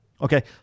Okay